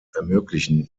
ermöglichen